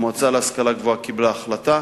המועצה להשכלה גבוהה קיבלה החלטה,